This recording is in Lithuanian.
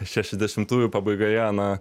šešiasdešimųjų pabaigoje na